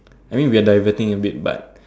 I mean we are diverting a bit but